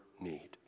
need